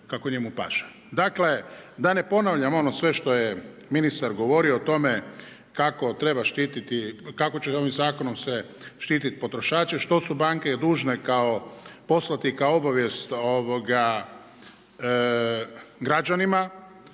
Dakle, da ne ponavljam ono sve što je ministar govorio o tome kako će se ovim zakonom štititi potrošače, što su banke dužne poslati kao obavijest građanima